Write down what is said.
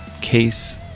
case